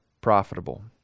profitable